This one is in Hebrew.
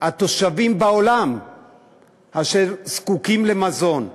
התושבים בעולם אשר זקוקים למזון.